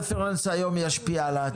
שהרפרנס היום ישפיע על העתיד.